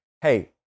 Hey